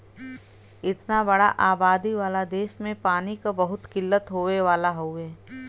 इतना बड़ा आबादी वाला देस में पानी क बहुत किल्लत होए वाला हउवे